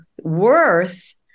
worth